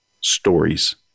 Stories